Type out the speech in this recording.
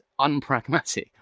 unpragmatic